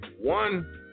one